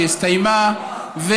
שהסתיימה,